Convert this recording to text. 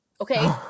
Okay